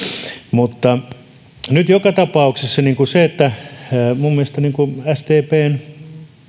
mutta nyt joka tapauksessa minun mielestäni sdpn